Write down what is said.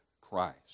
Christ